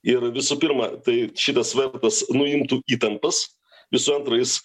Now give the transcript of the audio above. ir visų pirma tai šitas vardas nuimtų įtampas visų antra jis